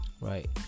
Right